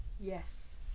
Yes